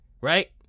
right